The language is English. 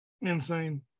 insane